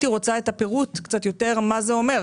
הייתי רוצה את הפירוט לדעת מה זה אומר.